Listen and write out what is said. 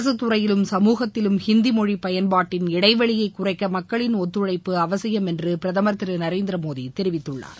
அரசுத் துறையிலும் சமூகத்திலும் ஹிந்தி மொழி பயன்பாட்டின் இடைவெளியை குறைக்க மக்களின் ஒத்துழைப்பு அவசியம் என்று பிரதமர் திரு நரேந்திரமோடி தெரிவித்துள்ளார்